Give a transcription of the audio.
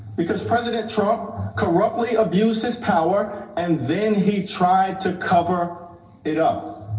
because president trump corruptly abused his power and then he tried to cover it up